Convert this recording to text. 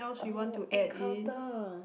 oh encounter